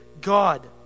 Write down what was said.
God